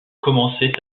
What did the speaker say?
commençait